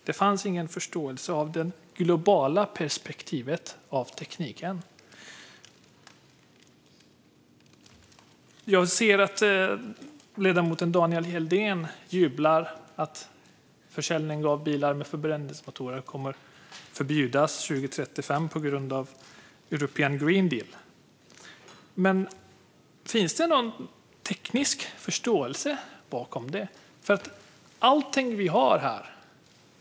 Det fanns ingen förståelse för det globala perspektivet med tekniken. Jag ser att ledamoten Daniel Helldén jublar över att försäljningen av bilar med förbränningsmotorer kommer att förbjudas år 2035 på grund av European Green Deal. Finns det någon teknisk förståelse bakom det? Det gäller allting vi har här.